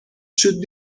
should